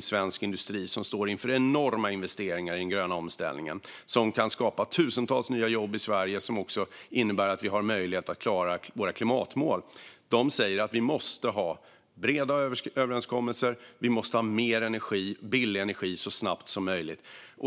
Svensk industri står inför enorma investeringar i den gröna omställningen som kan skapa tusentals nya jobb i Sverige och som också innebär att vi har möjlighet att klara våra klimatmål, och industrin säger att vi måste ha breda överenskommelser och mer billig energi så snabbt som möjligt.